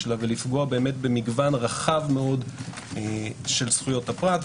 לה ולפגוע במגוון רחב מאוד של זכויות הפרט.